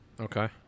Okay